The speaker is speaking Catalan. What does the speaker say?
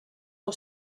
del